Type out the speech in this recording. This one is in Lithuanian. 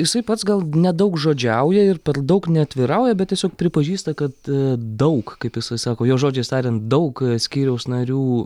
jisai pats gal nedaugžodžiauja ir per daug neatvirauja bet tiesiog pripažįsta kad daug kaip jisai sako jo žodžiais tariant daug skyriaus narių